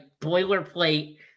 boilerplate